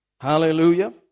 Hallelujah